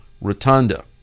rotunda